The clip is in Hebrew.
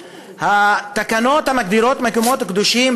התקנות המגדירות מקומות קדושים,